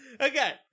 Okay